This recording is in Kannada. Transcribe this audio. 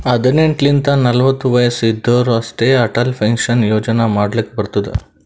ಹದಿನೆಂಟ್ ಲಿಂತ ನಲ್ವತ ವಯಸ್ಸ್ ಇದ್ದೋರ್ ಅಷ್ಟೇ ಅಟಲ್ ಪೆನ್ಷನ್ ಯೋಜನಾ ಮಾಡ್ಲಕ್ ಬರ್ತುದ್